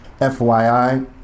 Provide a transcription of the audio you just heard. FYI